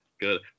good